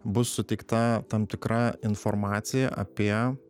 bus suteikta tam tikra informacija apie